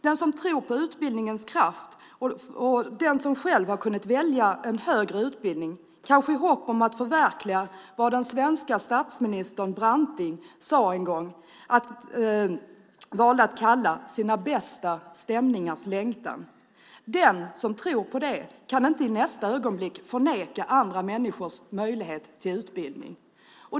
Den som tror på utbildningens kraft och den som själv har kunnat välja en högre utbildning, kanske i hopp om att förverkliga det som den svenske statsministern Branting en gång valde att kalla sina bästa stämningars längtan, kan inte i nästa ögonblick förneka andra människor möjligheten till utbildning.